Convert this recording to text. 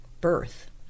birth